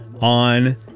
on